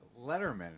Letterman